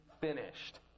finished